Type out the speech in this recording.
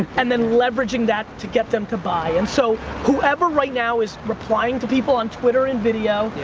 and then leveraging that to get them to buy in. so, whoever right now is replying to people on twitter and video,